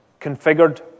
configured